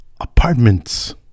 apartments